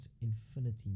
infinity